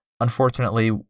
Unfortunately